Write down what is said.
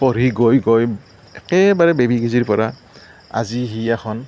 পঢ়ি গৈ গৈ একেবাৰে বেবি কেজিৰ পৰা আজি সি এখন